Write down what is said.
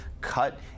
cut